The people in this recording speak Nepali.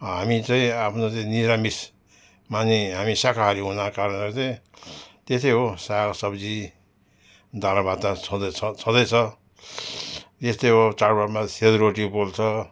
हामी चाहिँ आफ्नो चाहिँ निरामिष माने हामी शाकाहारी हुनाको कारणले चाहिँ त्यति हो साग सब्जी दाल र भात त छँदैछ छँदैछ यस्तै हो चाडबाडमा सेलरोटी पोल्छ